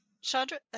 chandra